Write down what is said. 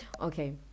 okay